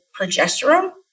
progesterone